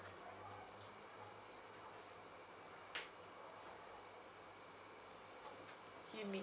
jimmy